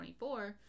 24